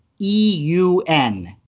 EUN